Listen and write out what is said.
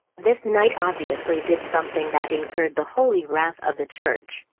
this knight obviously did something that incurred the holy wrath of the church.